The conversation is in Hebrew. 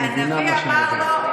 אבל עכשיו אני מדבר על רמיסת היהדות.